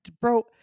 bro